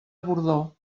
bordó